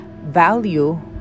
value